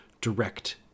direct